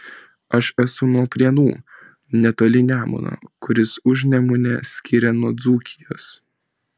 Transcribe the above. aš esu nuo prienų netoli nemuno kuris užnemunę skiria nuo dzūkijos